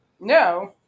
No